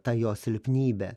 ta jo silpnybė